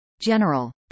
General